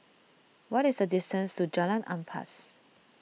what is the distance to Jalan Ampas